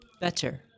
Better